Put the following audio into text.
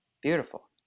beautiful